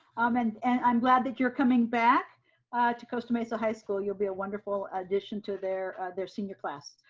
um and and i'm glad that you're coming back to costa mesa high school, you'll be a wonderful addition to their their senior class.